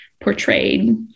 portrayed